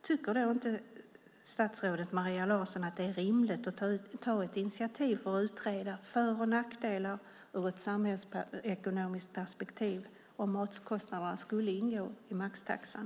Tycker inte statsrådet Maria Larsson att det är rimligt att ta ett initiativ för att utreda för och nackdelar ur ett samhällsekonomiskt perspektiv om matkostnaderna skulle ingå i maxtaxan?